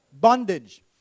bondage